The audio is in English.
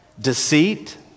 Deceit